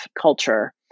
culture